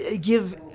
give